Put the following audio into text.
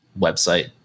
website